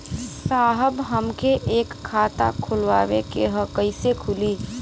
साहब हमके एक खाता खोलवावे के ह कईसे खुली?